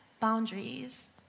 boundaries